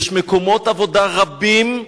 יש מקומות עבודה רבים,